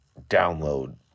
download